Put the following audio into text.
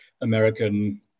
American